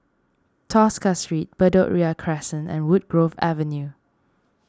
Tosca Street Bedok Ria Crescent and Woodgrove Avenue